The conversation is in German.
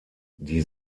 die